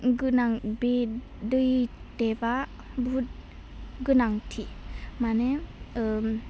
गोनां बे दै टेबा बहुत गोनांथि माने ओम